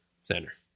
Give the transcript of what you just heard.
center